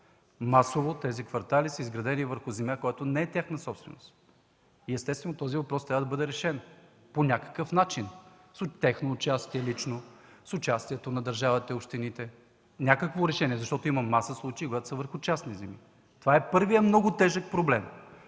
Масово тези квартали са изградени върху земя, която не е тяхна собственост. Естествено този въпрос трябва да бъде решен по някакъв начин – с тяхно участие лично, с участието на държавата и общините. Трябва да има някакво решение, защото има маса случаи, когато са върху частни земи. Това е първият много тежък проблем.